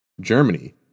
Germany